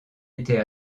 était